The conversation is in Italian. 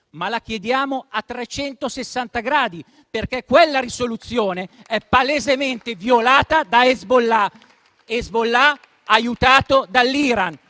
ma la chiediamo a 360 gradi, perché quella risoluzione è palesemente violata da Hezbollah, aiutato dall'Iran.